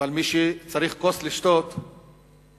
אבל מי שצריך לשתות כוס,